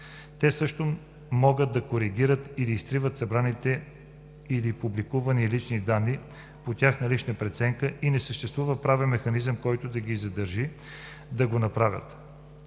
Те също могат да коригират или изтриват събраните или публикувани лични данни по тяхна лична преценка, и не съществува правен механизъм, който да ги задържи да го направят,